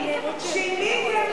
שיניתם אותו.